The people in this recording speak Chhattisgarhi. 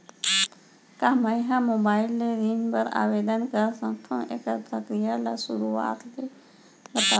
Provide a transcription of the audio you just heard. का मैं ह मोबाइल ले ऋण बर आवेदन कर सकथो, एखर प्रक्रिया ला शुरुआत ले बतावव?